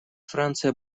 франция